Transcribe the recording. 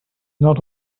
not